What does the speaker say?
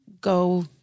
go